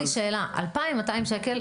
יש לי שאלה: 2,200 שקל,